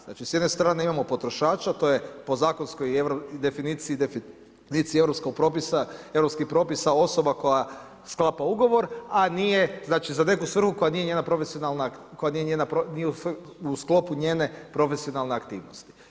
Znači s jedne strane imamo potrošača to je po zakonskoj definiciji europskog propisa, europskih propisa osoba koja sklapa ugovor a nije, znači za neku svrhu koja nije njena profesionalna, nije u sklopu njene profesionalne aktivnosti.